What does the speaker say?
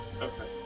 Okay